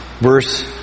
verse